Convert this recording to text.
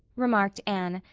remarked anne,